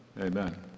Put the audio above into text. Amen